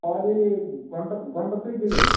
వాళ్ళది గుంట గుంట ఫ్రిజ్లు